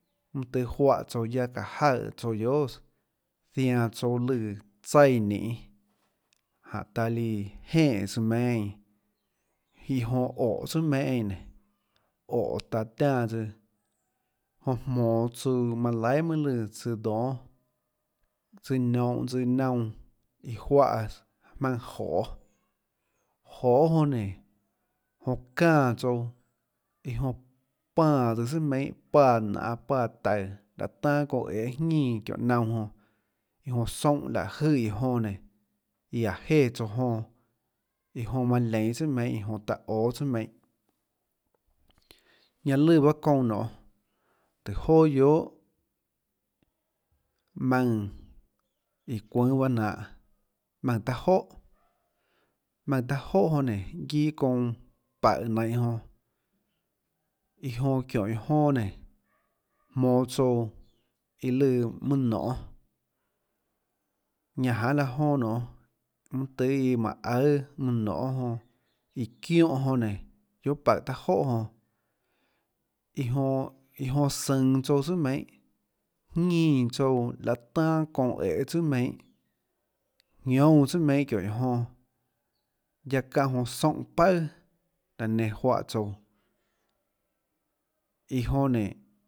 Óhå tsùà meinhâ tøhê msnã laihà mønâ tøhê juánhã tsouã guiaâ çáå jaøè tsouã guiohàs zianã tsouã lùã tsaíã ninê jánhå taã líã jeè tsøã meinhâ eínã iã jonã óhå tsùà meinhâ eínã nénå óhå taã tiánã tsøã jonã jmonå tsøã manã laihà mønâ lùã tsøã dónâ tsøã nionhå tsøã naunã iã juáhås jmaønã joê joê jonã nénå jonã çánã tsouã iã jonã páãs tsøã sùà meinhâ páã nanê páã taùå laê tanâ çounã æê jínã çióhå naunã jonã iã jonã zoúnhã laê jøè iã jonã nénå iå áå jéã tsouã jonã iã jonã manã leinå tsùà meinhâ iã jonã taã óâ tsùà meinhâ ñanã lùã pahâ çounã nionê tøhê joà guiohà jmaùnã iã çuùnâ paâ nanhå jmaùnã taâ jóhà jmaùnã taâ jóhà jonã nénå guiâ çounã paùhå nainhå jonã iã jonã çióhå iã jonã nénå jmonå tsouã iã lùã mønã nonhê ñane janê laã jonã nionê mønâ tøhê iã mánhå aùâ mønã nonhê jonã iã çióhã jonã nénå guiohà paùhå taâ jóhà jonã iã jonã iã jonã sønå tsouã tsùà meinhâ jñínã tsouã laê tanâ çounã æhê tsùà meinhâ jñoúnâ tsùà meinhà çióhå iã jonã guiaâ çáhã jonã soúnhã paøà laã nenã juáhã tsouã iã jonã nénå.